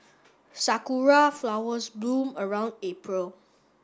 sakura flowers bloom around April